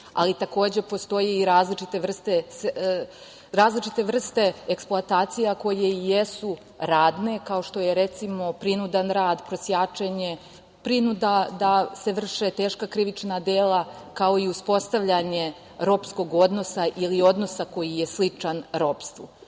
ali takođe postoje i različite vrste eksploatacija koje jesu radne, kao što je, recimo, prinudan rad, prosjačenje, prinuda da se vrše teška krivična dela, kao i uspostavljanje ropskog odnosa ili odnosa koji je sličan ropstvu.